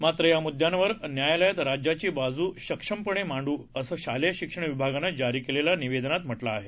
मात्रयामुद्यांवरन्यायालयातराज्याचीबाजूसक्षमपणेमांडूअसंशालेयशिक्षणविभागानंजारीकेलेल्यानिवेदनातम्हटलंआहे